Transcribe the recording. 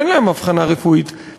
אין להם אבחנה רפואית-פסיכיאטרית.